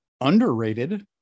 underrated